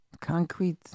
Concrete